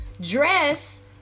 dress